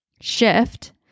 shift